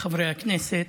חברי הכנסת,